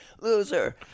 loser